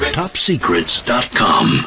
topsecrets.com